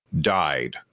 died